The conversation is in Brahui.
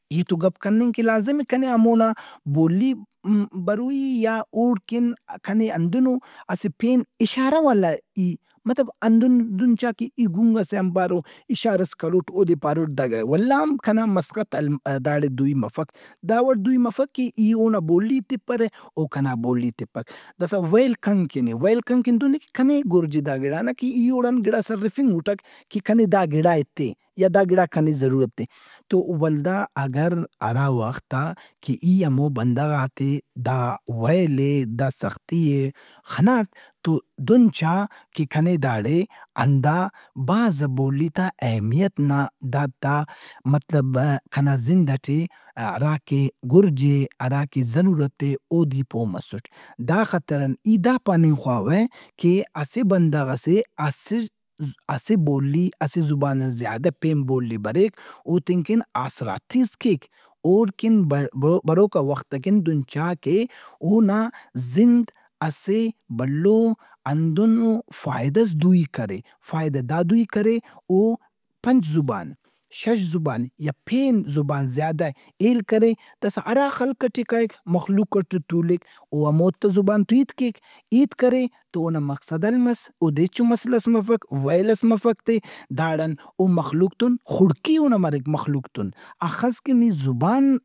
تو ہیت وگپ کننگ کہ لازمی کنے ہمونا بولی م- بروئی اے یا اوڑکن کنے ہندنو اسہ پین اشارہ والا ای مطلب ہندن دہن چا کہ ای گنگ ئسے آن بارو اشارہس کروٹ اودے پاروٹ اودے پاروٹ کہ دا گِڑااے۔ ولّا ہم کنا مسخت حل- داڑے دوئی مفک۔ داوڑ دُوئی مفک کہ ای اونا بولی ئے تپرہ او کنا بولی ئے تپک۔ داسا ویل کَن کِن اے۔ ویل کن کِن دہن اے کنے گُرج اے دا گڑِا نا کہ ای اوڑان گڑاس ہرفنگُٹک کہ کنے داگڑا ئے ایتہِ یا دا گڑا کنے ضرورت اے۔ تو ولدا اگرہرا وخت آ کہ ای ہمو بندغات ئے دا ویل ئے دا سختی ئے خناٹ تو دہن چا کہ کنے داڑے ہندا بھازا بولی تا اہمیت نا داتا مطلب کنا زند ئٹے ہرا کہ گرج اے، ہرا کہ ضرورت اے اودے ای پومسُّٹ۔ دا خاطران ای دا پاننگ خواوہ کہ اسہ بندغ ئسے اسٹ- اسہ بولی اسہ زبان ان زیادہ پین بولی بریک او تین کن آسراتِیس کیک۔ اوڑ کن بہ- بروکا وخت ئکن دہن چا کہ اونا زند اسہ بھلو ہندنو فائدہس دوئی کرے۔ فائدہ دا دوئی کرے او پنچ زبان، شش زبان یا پین زبان زیادہ ہیل کرے۔ داسا ہرا خلق ئٹے کائک مخلوق ئٹے تُولک او ہموتا زبان ٹے ہیت کیک۔ ہیت کرے تواونا مقصد حال مس، اودے ہچو مسلہس مفک، ویلس مفک تہِ داڑان او مخلوق تُن خڑکی اونا مریک مخلوق تُن۔ ہخس کہ نی زبان۔